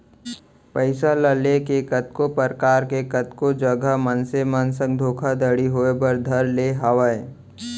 पइसा ल लेके कतको परकार के कतको जघा मनसे मन संग धोखाघड़ी होय बर धर ले हावय